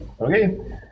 okay